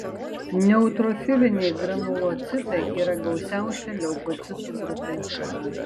neutrofiliniai granulocitai yra gausiausia leukocitų grupė